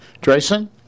drayson